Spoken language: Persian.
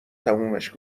تمومش